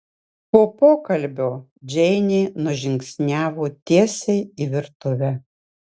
po pokalbio džeinė nužingsniavo tiesiai į virtuvę